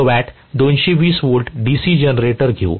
2 kilowatt 220 V DC generator घेऊ